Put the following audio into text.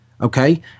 Okay